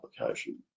application